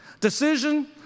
Decision